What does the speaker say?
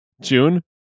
June